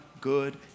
good